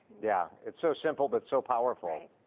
yeah. it's so simple but so powerful.